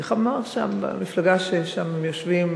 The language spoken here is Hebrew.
איך אמר שם, במפלגה, ששם הם יושבים,